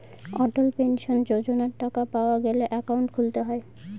অটল pension যোজনার টাকা পাওয়া গেলে একাউন্ট খুলতে হয়